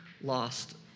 lost